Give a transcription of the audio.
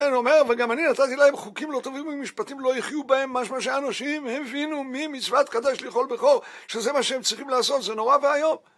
כן, הוא אומר, וגם אני נתתי להם חוקים לא טובים ממשפטים, לא יחיו בהם. משמע שאנשים הבינו ממצוות קדש לי כל בכור, שזה מה שהם צריכים לעשות, זה נורא ואיום.